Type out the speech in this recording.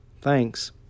Thanks